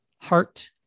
heart